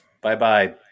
bye-bye